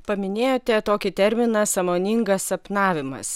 paminėjote tokį terminą sąmoningas sapnavimas